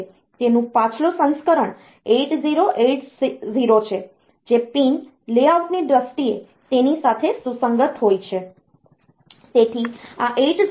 તેનું પાછલું સંસ્કરણ 8080 છે જે પિન લેઆઉટની દ્રષ્ટિએ તેની સાથે સુસંગત હોય છે